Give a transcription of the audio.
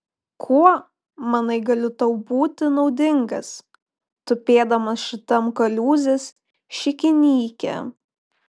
kuo manai galiu tau būti naudingas tupėdamas šitam kaliūzės šikinyke